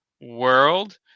world